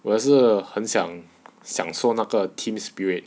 我是很想享受那个 team spirit